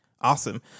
Awesome